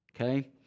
okay